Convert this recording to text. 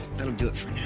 that'll do it for